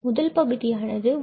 முதல் பகுதியானது 1124134